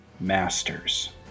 Masters